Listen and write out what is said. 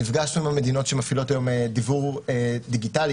נפגשנו עם המדינות שמפעילות היום דיוור דיגיטלי,